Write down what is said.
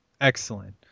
Excellent